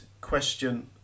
question